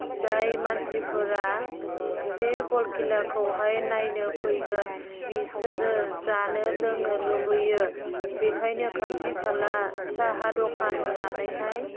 जाय मानसिफोरा बे बल खेलाखौहाय नायनो फैगोन बिसोरो जानो लोंनो लुबैयो बेखायनो खाथि खाला साहा दखान होनानैहाय